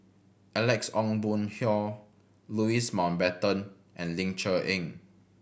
Alex Ong Boon Hau Louis Mountbatten and Ling Cher Eng